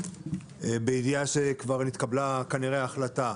בידיעה שכבר נתקבלה כנראה החלטה,